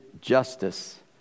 justice